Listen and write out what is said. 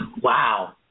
Wow